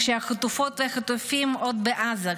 כשהחטופות והחטופים עוד בעזה,